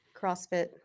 crossfit